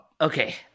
okay